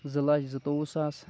زٕ لَچھ زٕتووُہ ساس